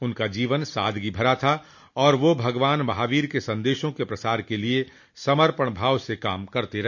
उनका जीवन सादगी भरा था और वे भगवान महावीर के संदेशों के प्रसार के लिए समर्पण भाव से काम करते रहे